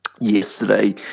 Yesterday